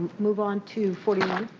moving on to forty one.